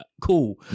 Cool